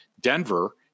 Denver –